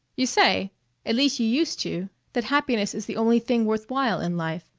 you say at least you used to that happiness is the only thing worth while in life.